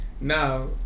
now